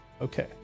Okay